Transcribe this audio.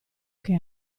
che